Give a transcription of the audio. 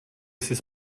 sis